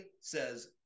says